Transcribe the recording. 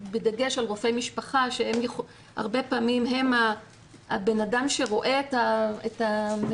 בדגש על רופאי משפחה שהרבה פעמים הם האדם שרואה את המטופל